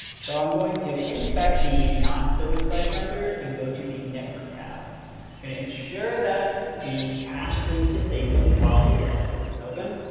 so i'm going to inspect the non-server-side rendered and go to the network tab. i'm going to ensure that the cache is disabled, while the devtools is open.